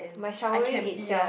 my showering itself